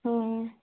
ହୁଁ